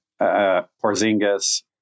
Porzingis